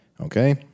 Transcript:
Okay